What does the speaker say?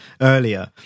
earlier